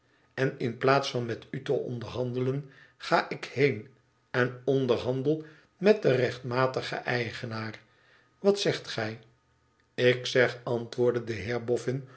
en in plaats van met u te onderhandelen ga ik heen en onderhandel met den rechtmatigen eigenaar wat zegt gij ik zeg antwoordde de